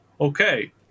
okay